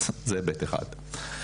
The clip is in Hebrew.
זה היבט אחד.